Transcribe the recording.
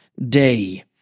Day